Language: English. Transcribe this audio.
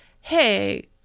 hey